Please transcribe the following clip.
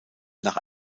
nach